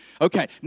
Okay